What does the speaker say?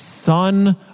son